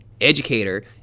educator